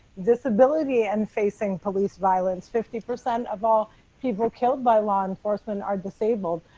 disability and facing police violence. fifty percent of all people killed by law enforcement are disabled.